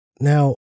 Now